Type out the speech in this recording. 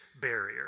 barrier